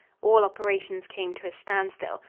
all operations came to a standstill.